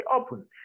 open